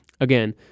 Again